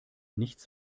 nichts